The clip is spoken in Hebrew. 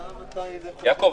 יעקב,